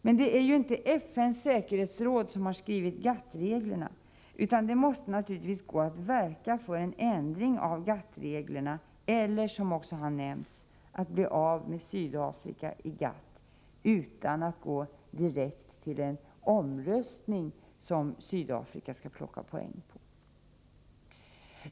Men det är ju inte FN:s säkerhetsråd som har skrivit GATT:-reglerna, utan det måste naturligtivs gå att verka för en ändring av GATT:-reglerna eller för att — som också har nämnts — bli av med Sydafrika i GATT utan att gå direkt till en omröstning som Sydafrika kan plocka poäng på.